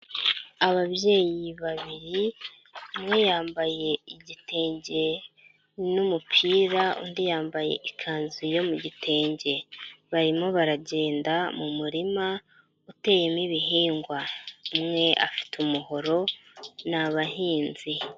Ababyeyi babiri umwe yambaye igitenge n'umupira undi yambaye ikanzu yo mu gitenge, barimo baragenda mu murima uteyemo ibihingwa, umwe afite umuhoro ni abahinzi.